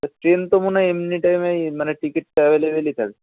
তো ট্রেন তো মনে হয় এমনি টাইমেই মানে টিকিট তো অ্যাভেলেবেলই থাকে